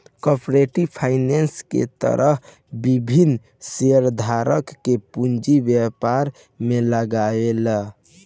corporate finance के तहत विभिन्न शेयरधारक के पूंजी व्यापार में लागेला